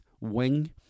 wing